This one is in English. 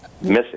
missing